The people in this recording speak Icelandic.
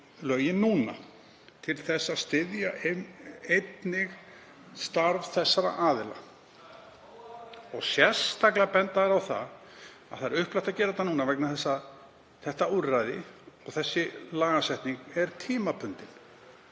lögin núna til þess að styðja einnig starf þessara aðila. Sérstaklega benda þeir á að upplagt sé að gera þetta núna vegna þess að þetta úrræði og þessi lagasetning er tímabundin.